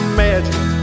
magic